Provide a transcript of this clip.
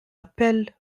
appell